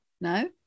No